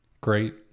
great